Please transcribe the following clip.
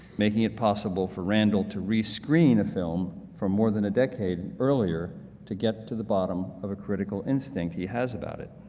making it possible for randall to rescreen a film from more than a decade earlier to get to the bottom of a critical instinct he has about it.